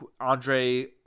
Andre